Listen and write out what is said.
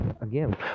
again